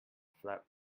flap